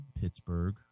Pittsburgh